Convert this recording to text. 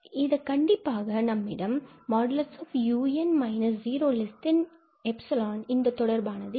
இந்த கண்டிப்பாக நம்மிடம் |𝑢𝑛−0|𝜖 என்ற இந்த தொடர்பானது இருக்கும்